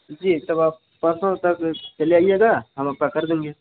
जी तब आप परसों तक चले आइएगा हम आपका कर देंगे